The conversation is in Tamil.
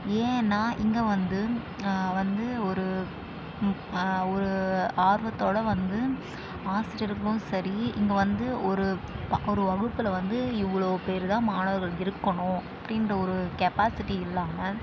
ஏன்னால் இங்கே வந்து வந்து ஒரு ஒரு ஆர்வத்தோடு வந்து ஆசிரியர்களும் சரி இங்கே வந்து ஒரு ஒரு வகுப்பில் வந்து இவ்வளோ பேர்தான் மாணவர்கள் இருக்கணும் அப்படின்ற ஒரு கெப்பாசிட்டி இல்லாமல்